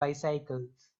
bicycles